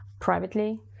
privately